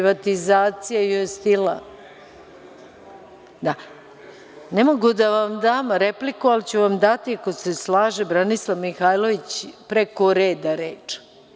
Ne mogu da vam dam repliku, ali ću vam dati, ako se slaže Branislav Mihajlović preko reda reč.